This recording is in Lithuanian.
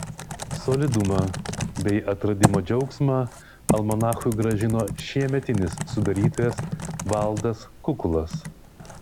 solidumą bei atradimo džiaugsmą almanachui grąžino šiemetinis sudarytojas valdas kukulas